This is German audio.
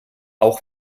auch